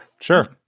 Sure